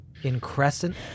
Increscent